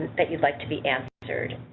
that you'd like to be answered.